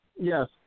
Yes